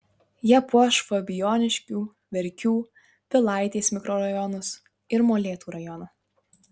jie puoš fabijoniškių verkių pilaitės mikrorajonus ir molėtų rajoną